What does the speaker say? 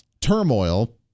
turmoil